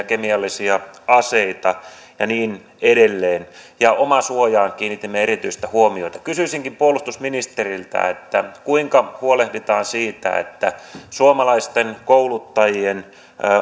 kemiallisia aseita ja niin edelleen omasuojaan kiinnitimme erityistä huomiota kysyisinkin puolustusministeriltä kuinka huolehditaan siitä että suomalaisten kouluttajien